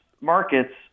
markets